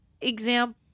example